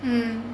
um